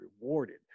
rewarded